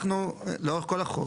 אנחנו לאורך כל החוק,